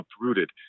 uprooted